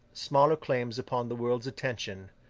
smaller claims upon the world's attention,